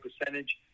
percentage